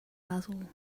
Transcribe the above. basil